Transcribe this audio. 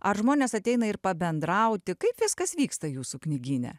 ar žmonės ateina ir pabendrauti kaip viskas vyksta jūsų knygyne